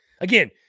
Again